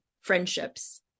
friendships